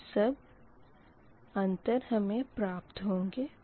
यह सब अंतर हमें प्राप्त होंगे